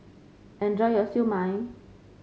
enjoy your Siew Mai